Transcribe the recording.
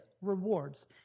rewards